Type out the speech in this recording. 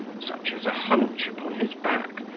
such as a hunch upon his back,